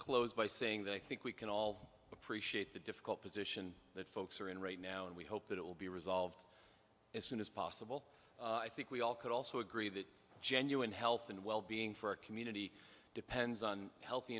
close by saying that i think we can all appreciate the difficult position that folks are in right now and we hope that it will be resolved as soon as possible i think we all could also agree that genuine health and well being for a community depends on healthy